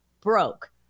broke